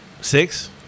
six